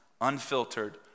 unfiltered